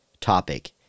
topic